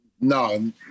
No